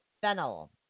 fennel